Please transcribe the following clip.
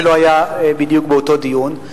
שלא היה בדיוק באותו דיון.